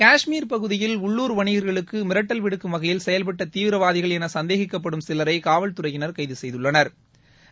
காஷ்மீர் பகுதியில் உள்ளூர் வணிகர்களுக்கு மிரட்டல் விடுக்கும் வகையில் செயல்பட்ட தீவிரவாதிகள் என சந்தேகிக்கப்படும் சிலரை காவல்துறையினா் கைது செய்துள்ளனா்